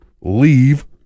leave